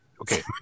Okay